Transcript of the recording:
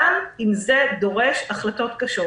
גם אם זה דורש החלטות קשות.